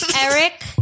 Eric